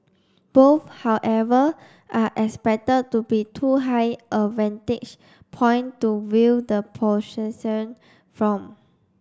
both however are expected to be too high a vantage point to view the procession from